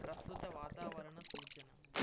ప్రస్తుత వాతావరణ సూచన